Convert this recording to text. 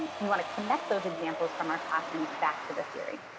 we want to connect those examples from our classrooms back to the theory.